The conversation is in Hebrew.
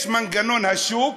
יש מנגנון השוק